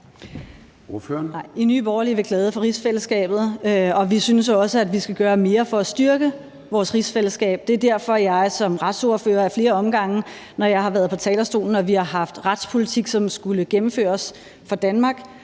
i Nye Borgerlige er vi glade for rigsfællesskabet, og vi synes også, at vi skal gøre mere for at styrke vores rigsfællesskab. Det er derfor, jeg som retsordfører ad flere omgange, når jeg har været på talerstolen, når vi har haft retspolitik, som skulle gennemføres for Danmark,